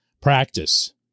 practice